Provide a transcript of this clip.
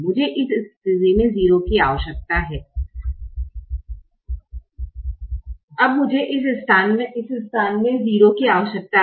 मुझे इस स्थिति में 0 की आवश्यकता है अब मुझे इस स्थान में 0 की आवश्यकता है